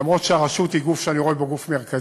אף שהרשות היא גוף שאני רואה בו גוף מרכזי,